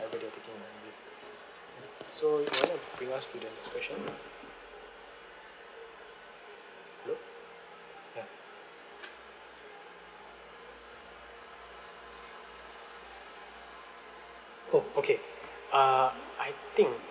whatever they're taking monthly so you want to bring us to the next question hello ya oh okay uh I think